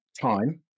time